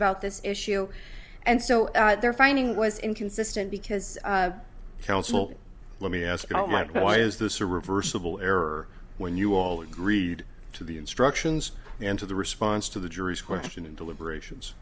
about this issue and so they're finding was inconsistent because counsel let me ask you no matter why is this a reversible error when you all agreed to the instructions and to the response to the jury's question in deliberations